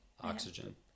Oxygen